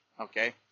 okay